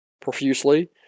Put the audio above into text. profusely